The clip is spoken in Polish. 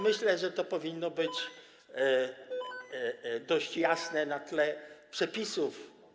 Myślę, że to powinno być dość jasne na tle przepisów.